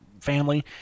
family